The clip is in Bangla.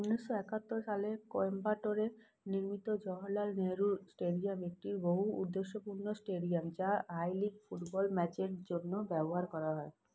উনিশশো একাত্তর সালে কোয়েম্বাটোরে নির্মিত জওহরলাল নেহেরু স্টেডিয়াম একটি বহু উদ্দেশ্যপূর্ণ স্টেডিয়াম যা আই লিগ ফুটবল ম্যাচের জন্য ব্যবহার করা হয়